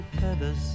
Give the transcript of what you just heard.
Feathers